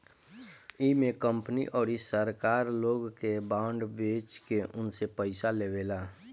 इमे कंपनी अउरी सरकार लोग के बांड बेच के उनसे पईसा लेवेला